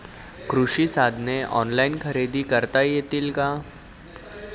कृषी साधने ऑनलाइन खरेदी करता येतील का?